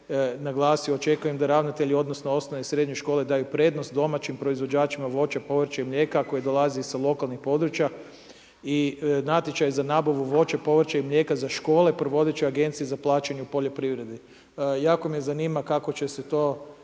očekujem da ravnatelji odnosno osnovne i srednje škole daju prednost domaćim proizvođačima voća, povrća i mlijeka, koje dolazi sa lokalnih područja i natječaj za nabavu voća, povrća i mlijeka za škole, provodit će agencije za plaćanje u poljoprivredi. Jako me zanima kako će se to